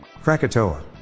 Krakatoa